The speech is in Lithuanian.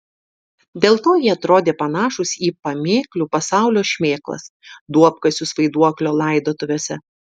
dėl to jie atrodė panašūs į pamėklių pasaulio šmėklas duobkasius vaiduoklio laidotuvėse